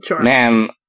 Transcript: Man